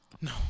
No